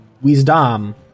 Wisdom